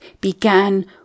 began